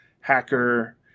hacker